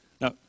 Now